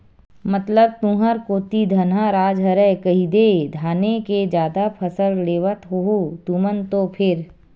मतलब तुंहर कोती धनहा राज हरय कहिदे धाने के जादा फसल लेवत होहू तुमन तो फेर?